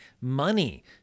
money